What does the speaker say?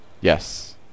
Yes